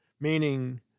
meaning